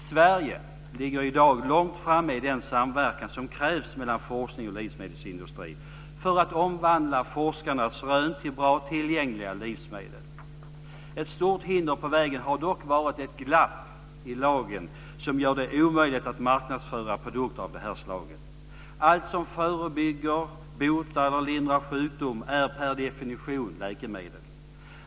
Sverige ligger i dag långt framme i den samverkan som krävs mellan forskning och livsmedelsindustri för att omvandla forskarnas rön till bra, tillgängliga livsmedel. Ett stort hinder på vägen har dock varit det glapp i lagen som gör det omöjligt att marknadsföra produkter av det här slaget. Allt som förebygger, botar eller lindrar sjukdom är per definition läkemedel.